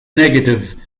negative